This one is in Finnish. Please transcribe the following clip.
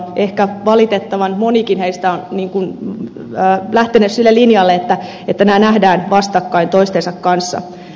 ehkä valitettavan monikin heistä on lähtenyt sille linjalle että nämä nähdään vastakkain toistensa kanssa